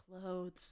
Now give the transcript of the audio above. clothes